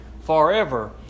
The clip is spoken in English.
forever